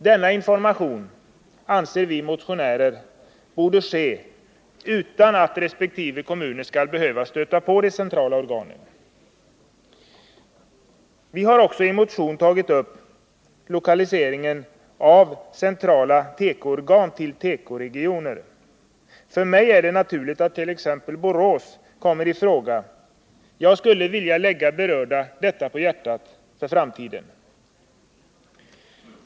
Denna information anser vi motionärer borde ske utan att resp. kommuner skall behöva stöta på de centrala organen. Vi har i motionen också tagit upp frågan om lokaliseringen av centrala tekoorgan till tekoregioner. För mig är det naturligt att t.ex. Borås kommer i fråga. Jag skulle vilja lägga berörda detta på hjärtat för framtiden.